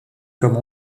comme